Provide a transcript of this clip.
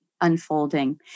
unfolding